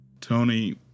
Tony